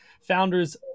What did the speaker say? founders